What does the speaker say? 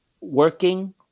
working